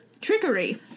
Trickery